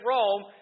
Rome